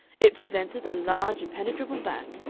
it presented a large impenetrable back,